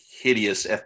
hideous